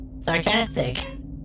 Sarcastic